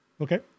Okay